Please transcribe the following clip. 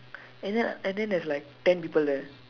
and then and then there's like ten people there